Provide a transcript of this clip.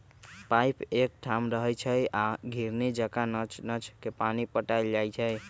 pipe एकठाम रहै छइ आ घिरणी जका नच नच के पानी पटायल जाइ छै